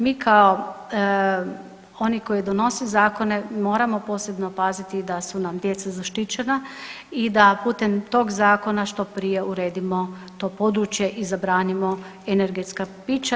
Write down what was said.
Mi kao oni koji donose zakone moramo posebno paziti da su nam djeca zaštićena i da putem tog zakona što prije uredimo to područje i zabranimo energetska pića.